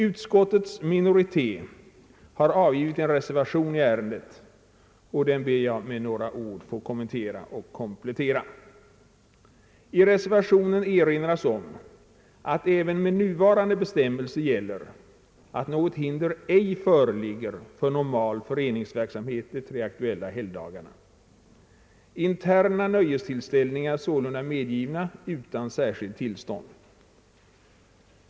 Utskottets minoritet har avgivit en reservation i ärendet, och den ber jag att med några ord få kommentera och komplettera. I reservationen erinras om att även med nuvarande bestämmelser något hinder ej föreligger för normal föreningsverksamhet de tre aktuella helgdagarna. Interna nöjestillställningar är således medgivna utan särskilt tillstånd.